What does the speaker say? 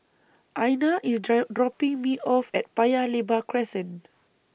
Einar IS dry dropping Me off At Paya Lebar Crescent